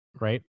right